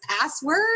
password